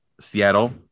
Seattle